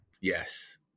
Yes